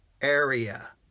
area